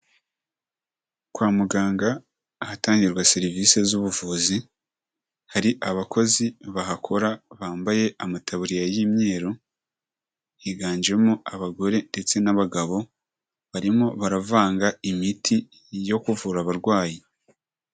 Kwa muganga ahatangirwa serivise z'ubuvuzi, hari abakozi bahakora bambaye amataburiya y'imyeru, higanjemo abagore ndetse n'abagabo, barimo baravanga imiti yo kuvura abarwayi.